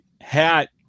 hat